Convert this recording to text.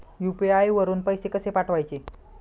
UPI वरून पैसे कसे पाठवायचे?